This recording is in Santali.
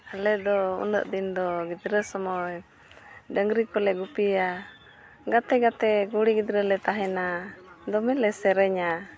ᱟᱞᱮ ᱫᱚ ᱩᱱᱟᱹᱜ ᱫᱤᱱ ᱫᱚ ᱜᱤᱫᱽᱨᱟᱹ ᱥᱚᱢᱚᱭ ᱰᱟᱝᱨᱤ ᱠᱚᱞᱮ ᱜᱩᱯᱤᱭᱟ ᱜᱟᱛᱮ ᱜᱟᱛᱮ ᱠᱩᱲᱤ ᱜᱤᱫᱽᱨᱟᱹ ᱞᱮ ᱛᱟᱦᱮᱱᱟ ᱫᱚᱢᱮ ᱞᱮ ᱥᱮᱨᱮᱧᱟ